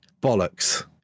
bollocks